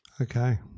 Okay